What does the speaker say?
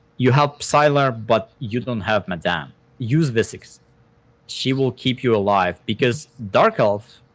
you help phsylar, but you don't have madame use visix she will keep you alive because dark elf,